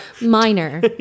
Minor